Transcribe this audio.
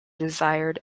desired